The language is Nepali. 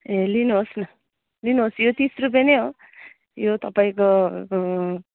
ए लिनु होस् न लिनु होस् यो तिस रुप्पे नै हो यो तपाईँको